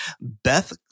Beth